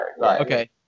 Okay